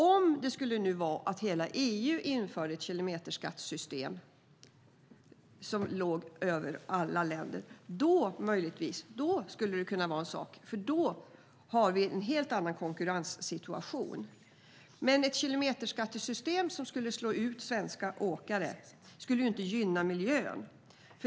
Om nu hela EU skulle införa ett kilometerskattesystem för alla länder skulle det möjligen kunna vara något, för då har vi en helt annan konkurrenssituation, men ett kilometerskattesystem som skulle slå ut svenska åkare skulle inte gynna miljön.